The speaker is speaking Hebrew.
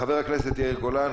חבר הכנסת יאיר גולן,